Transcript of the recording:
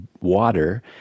water